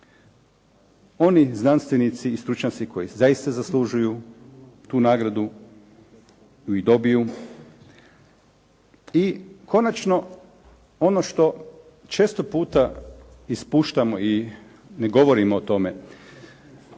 oni znanstveni i stručnjaci koji zaista zaslužuju tu nagradu ju i dobiju. I konačno, ono što često puta ispuštamo i ne govorimo o tome,